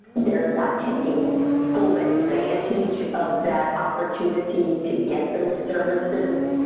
they're not taking full advantage of that opportunity to get those services.